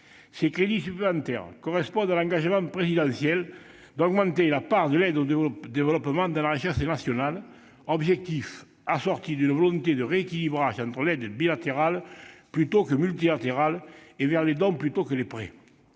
Ces crédits supplémentaires correspondent à l'engagement présidentiel d'augmenter la part de l'aide au développement dans la richesse nationale, objectif assorti d'une volonté de rééquilibrage vers l'aide bilatérale plutôt que multilatérale, et vers les dons plutôt que les prêts.